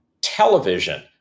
television